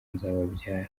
nzababyara